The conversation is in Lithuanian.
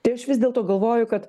tai aš vis dėlto galvoju kad